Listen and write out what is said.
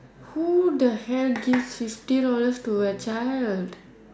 who the hell gives fifty dollars to a child